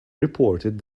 reported